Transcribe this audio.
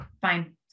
fine